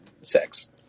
sex